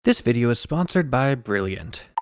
this video is sponsored by brilliant!